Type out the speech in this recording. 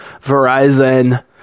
verizon